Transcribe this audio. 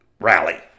rally